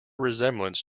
resemblance